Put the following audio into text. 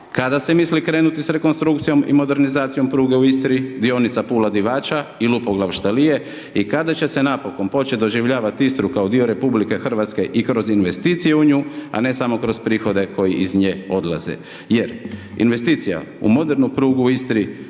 kada se misli krenuti s rekonstrukcijom i modernizacijom pruge u Istri, dionice Pula Divača i Lupoglav …/Govornik se ne razumije./… i kada će se napokon početi doživljavati Istru kao dio RH i kroz investiciju u nju, a ne samo kroz prihode koji iz nje odlaze. Jer, investicija u modernu prugu u Istri